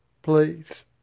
Please